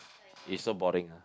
it's so boring ah